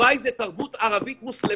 בדובאי זו תרבות ערבית מוסלמית.